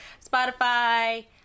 Spotify